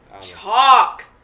Chalk